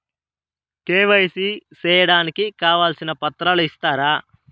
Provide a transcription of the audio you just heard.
KYC సేయడానికి కావాల్సిన పత్రాలు ఇస్తారా?